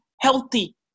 healthy